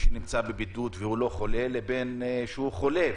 שנמצא בבידוד והוא לא חולה לבין מי שחולה.